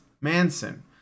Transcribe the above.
Manson